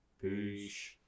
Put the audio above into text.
Peace